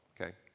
Okay